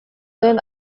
den